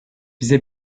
bize